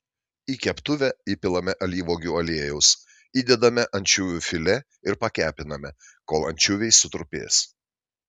į keptuvę įpilame alyvuogių aliejaus įdedame ančiuvių filė ir pakepiname kol ančiuviai sutrupės